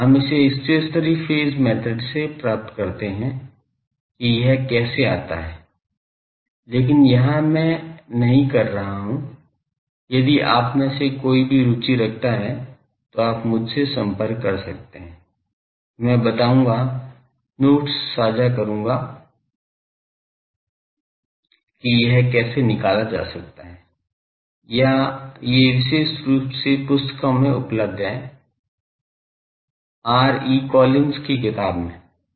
हम इसे stationary phase method से प्राप्त करते हैं कि यह कैसे आता है लेकिन यहां मैं नहीं कर रहा हूं यदि आप में से कोई भी रुचि रखता है तो आप मुझसे संपर्क कर सकते हैं मैं बताऊंगा नोट्स साझा कर दूंगा कि यह कैसे निकाला जा सकता है या ये विशेष रूप से पुस्तकों में उपलब्ध हैं R E Collins R E Collins की किताब में